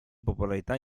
popolarità